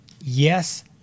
yes